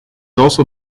also